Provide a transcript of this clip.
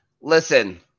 Listen